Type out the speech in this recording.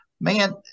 man